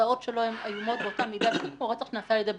התוצאות שלו הן איומות באותה מידה בדיוק כמו רצח שנעשה על ידי בגיר,